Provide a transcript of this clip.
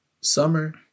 Summer